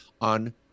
on